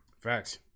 Facts